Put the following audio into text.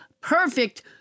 perfect